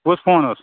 کُس فون اوس